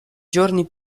giorni